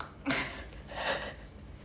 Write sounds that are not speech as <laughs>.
<laughs>